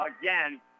again